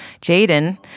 Jaden